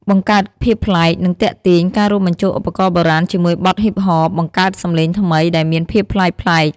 បង្កើតភាពប្លែក និងទាក់ទាញ ការរួមបញ្ចូលឧបករណ៍បុរាណជាមួយបទហ៊ីបហបបង្កើតសម្លេងថ្មី ដែលមានភាពប្លែកៗ។